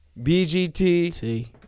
BGT